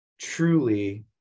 truly